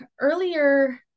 earlier